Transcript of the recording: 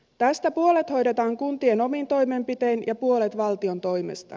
tästä puolet hoidetaan kuntien omin toimenpitein ja puolet valtion toimesta